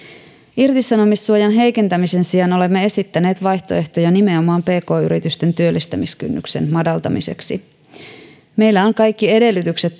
irtisanomissuojan heikentämisen sijaan olemme esittäneet vaihtoehtoja nimenomaan pk yritysten työllistämiskynnyksen madaltamiseksi meillä on kaikki edellytykset